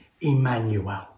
Emmanuel